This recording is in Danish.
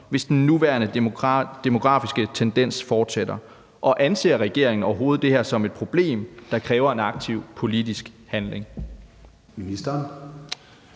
hvis den nuværende demografiske tendens fortsætter, og anser regeringen overhovedet dette som et problem, der kræver en aktiv politisk handling? Kl.